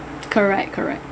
correct correct